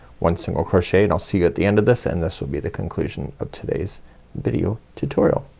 one single crochet and i'll see you at the end of this and this will be the conclusion of today's video tutorial.